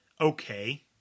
okay